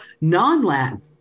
non-Latin